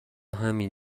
همین